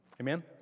Amen